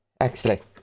Excellent